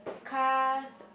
cars